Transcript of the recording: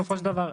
בסופו של דבר,